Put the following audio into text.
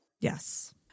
Yes